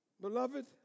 Beloved